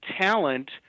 talent